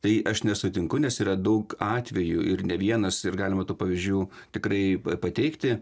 tai aš nesutinku nes yra daug atvejų ir ne vienas ir galima tų pavyzdžių tikrai pateikti